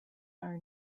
are